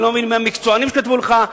אני לא מבין מי המקצוענים שכתבו לך.